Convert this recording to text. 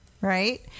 right